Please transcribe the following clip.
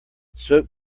soap